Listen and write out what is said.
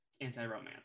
anti-romance